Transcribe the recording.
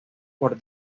por